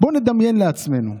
בואו נדמיין לעצמנו,